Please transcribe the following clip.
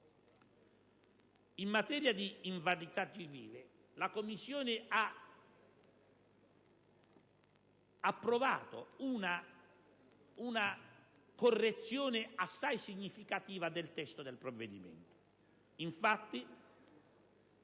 In materia di invalidità civile, la Commissione ha approvato una correzione assai significativa del testo del provvedimento.